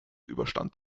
überstand